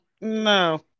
no